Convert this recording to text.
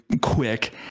quick